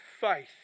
faith